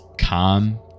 calm